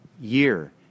year